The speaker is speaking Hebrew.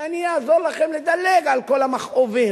אני אעזור לכם לדלג על כל המכאובים,